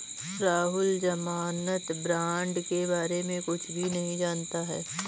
राहुल ज़मानत बॉण्ड के बारे में कुछ भी नहीं जानता है